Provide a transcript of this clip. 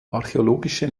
archäologische